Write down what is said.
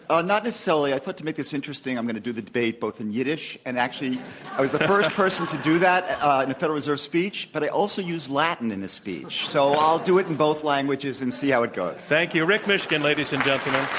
ah not necessarily. i thought to make this interesting, i'm going to do the debate both inyiddish and actually i was the first person to do that in a federal reserve speech, but i also used latin in this speech. so i'll do it in both languages and see how it goes. thank you. rick mishkin, ladies and gentlemen.